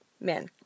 men